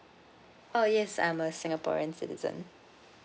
oh yes I'm a singaporean citizen